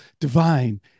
divine